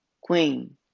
queen